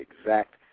exact